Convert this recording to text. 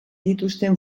dituzten